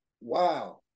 wow